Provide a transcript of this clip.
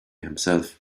himself